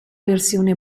versione